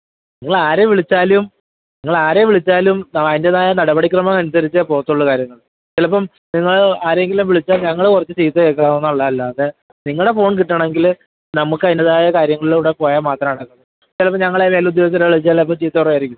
നിങ്ങളാരേ വിളിച്ചാലും നിങ്ങളാരേ വിളിച്ചാലും അതിൻ്റെതായ നടപടിക്രമം അനുസരിച്ച് പോകത്തൊള്ളു കാര്യങ്ങൾ ചിലപ്പം നിങ്ങൾ ആരെങ്കിലും വിളിച്ചാൽ ഞങ്ങൾ കുറച്ച് ചീത്ത കേൾക്കാമെന്നുള്ളത് അല്ലാതെ നിങ്ങളുടെ ഫോൺ കിട്ടണമെങ്കിൽ നമുക്ക് അതിന്റെതായ കാര്യങ്ങളിലൂടെ പോയാൽ മാത്രമാണ് ചിലപ്പോൾ ഞങ്ങളെ മേലുദ്യോഗസ്ഥരെ വിളിച്ചാലപ്പം ചീത്ത പറയായിരിക്കും